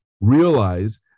realize